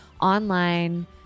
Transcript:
online